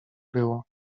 było